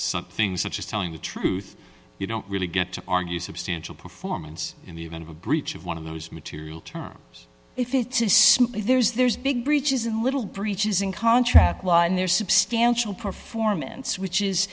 something such as telling the truth you don't really get to argue substantial performance in the event of a breach of one of those material terms if it is simply there is there's big breaches in little breaches in contract law and there's substantial performance which is